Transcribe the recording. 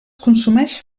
consumeix